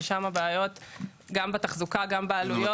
דבר שעלול לייצר בעיה בתחזוקה ובעלויות